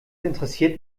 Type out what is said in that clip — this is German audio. interessiert